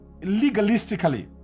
legalistically